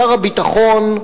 שר הביטחון,